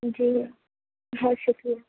جی بہت شُکریہ